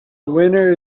winner